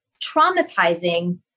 traumatizing